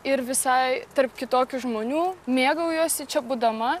ir visai tarp kitokių žmonių mėgaujuosi čia būdama